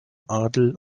adel